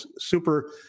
super